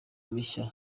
mishya